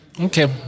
Okay